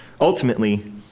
Ultimately